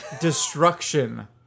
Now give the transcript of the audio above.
Destruction